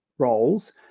roles